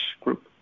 group